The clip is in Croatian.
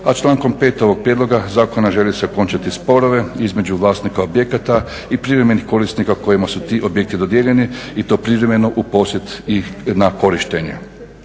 A člankom 5.ovog prijedloga zakona žele se okončati sporove između vlasnika objekata i privremenih korisnika kojima su ti objekti dodijeljeni i to privremeno u posjed i na korištenje.